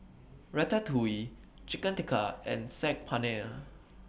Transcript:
Ratatouille Chicken Tikka and Saag Paneer